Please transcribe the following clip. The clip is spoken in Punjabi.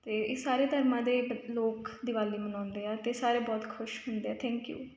ਅਤੇ ਇਹ ਸਾਰੇ ਧਰਮਾਂ ਦੇ ਲੋਕ ਦਿਵਾਲੀ ਮਨਾਉਂਦੇ ਆ ਅਤੇ ਸਾਰੇ ਬਹੁਤ ਖੁਸ਼ ਹੁੰਦੇ ਆ ਥੈਂਕ ਯੂ